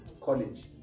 college